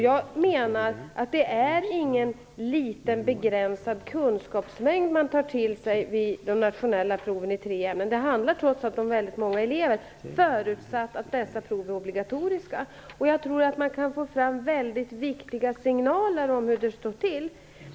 Jag menar att det inte är en liten begränsad kunskapsmängd man tar till sig vid de nationella proven i tre ämnen. Det handlar trots allt om väldigt många elever, förutsatt att dessa prov blir obligatoriska. Jag tror att man kan få fram mycket viktiga signaler om hur det står till.